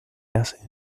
hace